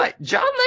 John